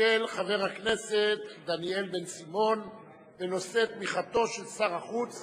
של חבר הכנסת דניאל בן-סימון בנושא: עמדתו של שר החוץ